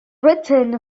written